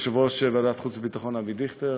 יושב-ראש ועדת חוץ וביטחון אבי דיכטר,